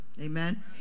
Amen